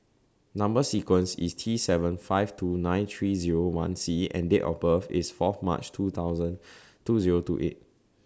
Number sequence IS T seven five two nine three Zero one C and Date of birth IS Fourth March two thousand two Zero two eight